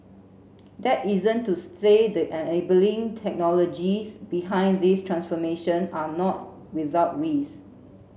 that isn't to say the enabling technologies behind this transformation are not without risk